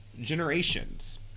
generations